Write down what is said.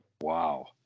Wow